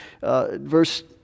verse